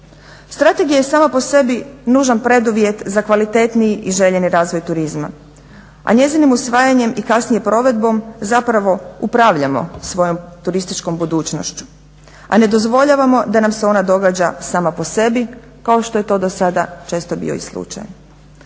Strategija je sama po sebi nužan preduvjet za kvalitetniji i željeni razvoj turizma, a njezinim usvajanjem i kasnije provedbom zapravo upravljamo svojom turističkom budućnošću, a nedozvoljavamo da nam se ona događa sama po sebi kao što je to do sada često bio i slučaj.